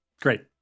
Great